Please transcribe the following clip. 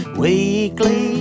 weekly